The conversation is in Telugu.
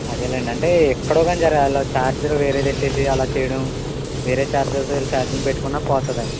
అదేనండి అంటే ఎక్కడో కానీ జ ఛార్జర్ వేరేది పెట్టేసి అలా చేయడం వేరే చార్జర్తో వీళ్ళు ఛార్జింగ్ పెట్టుకున్నా పోతుందండి